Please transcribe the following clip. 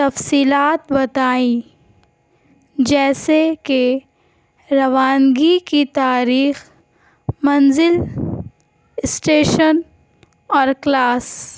تفصیلات بتائیں جیسے کہ روانگی کی تاریخ منزل اسٹیشن اور کلاس